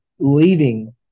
Leaving